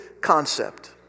concept